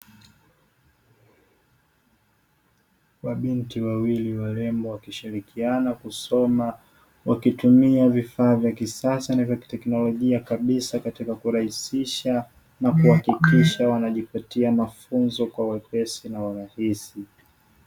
Mabinti wawili warembo wakishirikiana kusoma, wakitumia vifaa vya kisasa na vya kiteknolojia kabisa, katika kurahisisha na kuhakikisisha wanajipatia mafunzo kwa wepesi na urahisi.